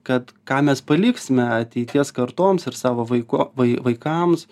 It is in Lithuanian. kad ką mes paliksime ateities kartoms ir savo vaiko vai vaikams